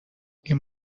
این